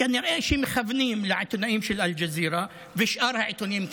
כנראה שמכוונים לעיתונאים של אל-ג'זירה ושאר העיתונים.